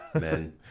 men